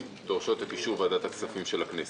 דורשת את אישור ועדת הכספים של הכנסת.